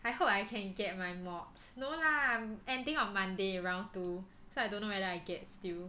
I hope I can get my mods no lah I'm ending on monday round two so I don't know whether I get still